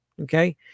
Okay